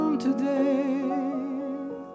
today